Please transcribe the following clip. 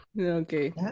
okay